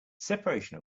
separation